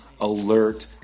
alert